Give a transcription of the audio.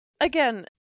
Again